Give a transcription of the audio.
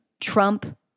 Trump